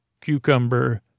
cucumber